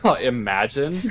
Imagine